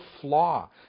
flaw